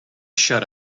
shut